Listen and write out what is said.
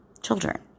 children